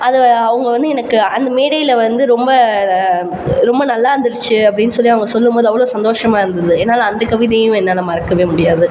அதை அவங்க வந்து எனக்கு அந்த மேடையில் வந்து ரொம்ப ரொம்ப நல்லாயிருந்துச்சி அப்படின் சொல்லி அவங்க சொல்லும் போது அவ்வளோ சந்தோஷமாக இருந்தது என்னால் அந்த கவிதையும் என்னால் மறக்கவே முடியாது